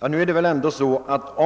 Kostnader för